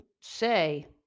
say